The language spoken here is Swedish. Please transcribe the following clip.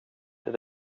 det